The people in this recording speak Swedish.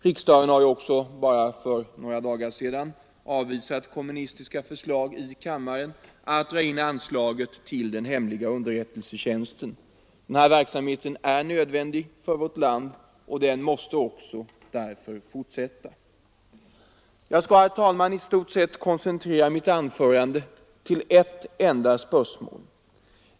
Riksdagen har ju också för bara några dagar sedan avvisat kommunistiska förslag till kammaren om att dra in anslaget till den hemliga underrättelsetjänsten. Dess verksamhet är nödvändig för vårt land, och den måste därför fortsätta. Jag skall, herr talman, koncentrera mitt anförande till ett enda spörsmål.